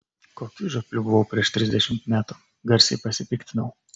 kokiu žiopliu buvau prieš trisdešimt metų garsiai pasipiktinau